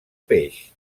peix